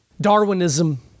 Darwinism